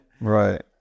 Right